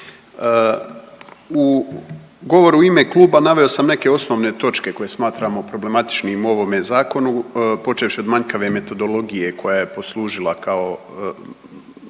U govoru u ime kluba naveo sam neke osnovne točke koje smatramo problematičnim u ovome zakonu počevši od manjkave metodologije koja je poslužila kao